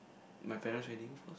my parents wedding